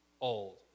old